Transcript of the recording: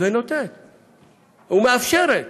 ונותנת ומאפשרת.